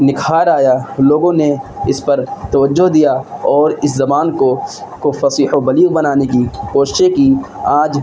نکھار آیا لوگوں نے اس پر توجہ دیا اور اس زبان کو کو فصیح و بلیغ بنانے کی کوششیں کی آج